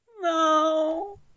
No